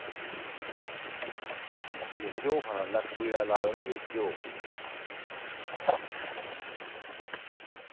घ्यो खाना लक्क पीड़ दा लाज पता केह् ऐ घ्यो